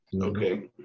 Okay